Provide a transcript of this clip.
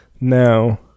now